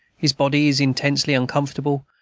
his body is intensely uncomfortable,